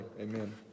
Amen